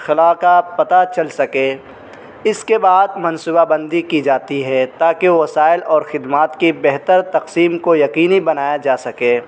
خلا کا پتا چل سکے اس کے بعد منصوبہ بندی کی جاتی ہے تاکہ وسائل اور خدمات کی بہتر تقسیم کو یقینی بنایا جا سکے